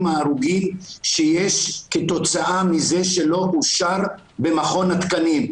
וההרוגים שיש כתוצאה מזה שלא אושר במכון התקנים.